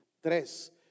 Tres